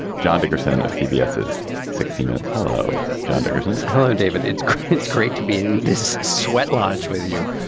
john dickerson of cbs is sixty minutes hello john dickerson hello. david it's it's great to be in this sweat lodge with you.